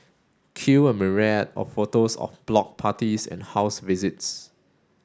cue a myriad of photos of block parties and house visits